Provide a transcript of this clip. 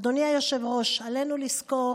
אדוני היושב-ראש, עלינו לזכור